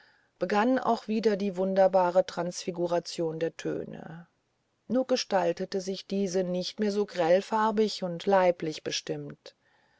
begann auch wieder die wunderbare transfiguration der töne nur gestaltete sie sich nicht mehr so grellfarbig und leiblich bestimmt